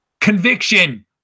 Conviction